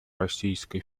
российской